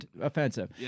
offensive